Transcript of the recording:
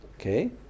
Okay